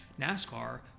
NASCAR